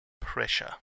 pressure